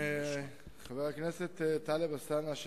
חבר הכנסת טלב אלסאנע,